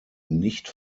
nicht